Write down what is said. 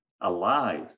alive